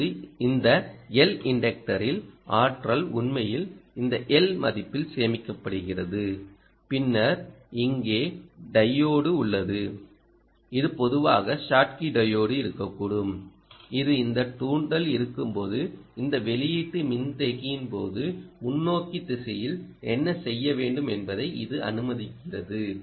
இப்போது இந்த L இன்டக்டரில் ஆற்றல் உண்மையில் இந்த L மதிப்பில் சேமிக்கப்படுகிறது பின்னர் இங்கே டையோடு உள்ளது இது பொதுவாக ஷாட்கி டையோடு இருக்கக்கூடும் இது இந்த தூண்டல் இருக்கும்போது இந்த வெளியீட்டு மின்தேக்கியின் போது முன்னோக்கி திசையில் என்ன செய்ய வேண்டும் என்பதை இது அனுமதிக்கிறது